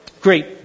Great